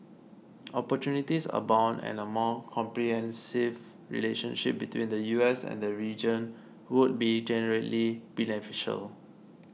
opportunities abound and a more comprehensive relationship between the U S and the region would be generally beneficial